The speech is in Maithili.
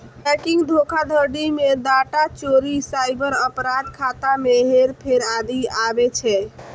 बैंकिंग धोखाधड़ी मे डाटा चोरी, साइबर अपराध, खाता मे हेरफेर आदि आबै छै